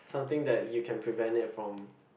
something that you can prevent it from